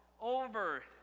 over